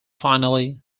finally